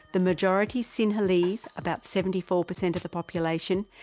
the majority sinhalese, about seventy four percent of the population,